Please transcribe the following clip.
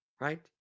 Right